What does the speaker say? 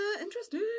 interesting